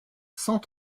cent